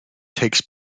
takes